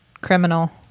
Criminal